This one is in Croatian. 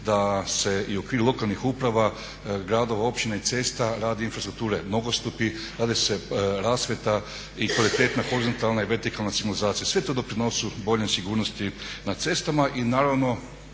da se i u okviru lokalnih uprava, gradova, općina i cesta radi infrastrukture, nogostupe, radi se rasvjeta i kvaliteta horizontalna i vertikalna signalizacija. Sve to doprinosi boljoj sigurnosti na cestama i naravno